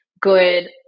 good